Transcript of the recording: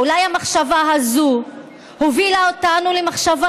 אולי המחשבה הזו הובילה אותנו למחשבה